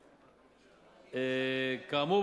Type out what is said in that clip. כאמור,